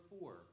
four